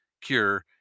cure